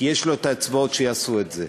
כי יש לו את האצבעות שיעשו את זה.